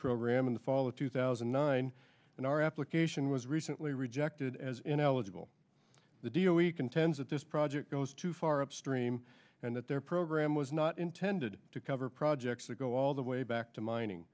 program in the fall of two thousand and nine and our application was recently rejected as ineligible the deal we contend that this project goes too far upstream and that their program was not intended to cover projects that go all the way back to mining